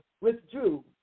withdrew